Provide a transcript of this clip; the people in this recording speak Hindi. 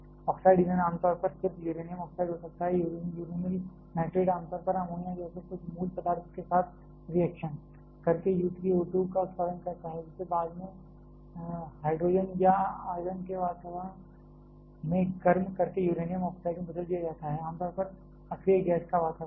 ऑक्साइड ईंधन आमतौर पर सिर्फ यूरेनियम ऑक्साइड हो सकता है यूरेनिल नाइट्रेट आम तौर पर अमोनिया जैसे कुछ मूल पदार्थ के साथ रिएक्शन करके U 3 O 2 का उत्पादन करता है जिसे बाद में हाइड्रोजन या आर्गन के वातावरण में गर्म करके यूरेनियम ऑक्साइड में बदल दिया जाता है आमतौर पर अक्रिय गैस का वातावरण